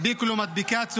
הדביקו לו מדבקה צהובה.